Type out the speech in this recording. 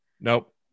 Nope